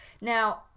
now